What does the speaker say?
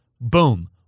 Boom